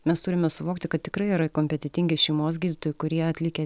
mes turime suvokti kad tikrai yra kompetentingi šeimos gydytojai kurie atlikę